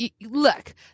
look